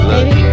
Baby